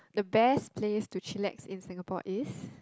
the best place to chillax in Singapore is